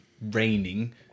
raining